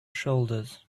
shoulders